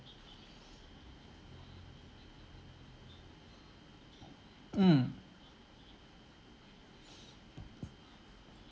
mm